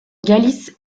galice